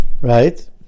right